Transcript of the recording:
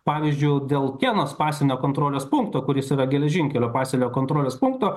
pavyzdžiui dėl kenos pasienio kontrolės punkto kuris yra geležinkelio pasienio kontrolės punkto